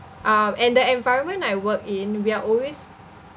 um and the environment I work in we're always